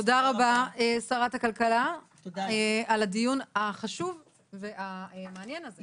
תודה רבה שרת הכלכלה על הדיון החשוב והמעניין הזה.